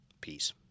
Peace